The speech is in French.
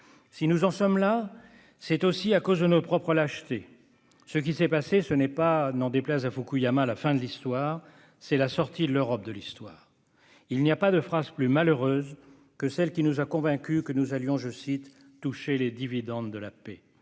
Si nous en sommes là, c'est aussi à cause de nos propres lâchetés. Ce qui s'est passé, c'est non pas- n'en déplaise à Fukuyama -« la fin de l'Histoire », mais la sortie de l'Europe de l'Histoire. Il n'y a pas de phrase plus malheureuse que celle qui nous a convaincus que nous allions toucher « les dividendes de la paix ».